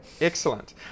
Excellent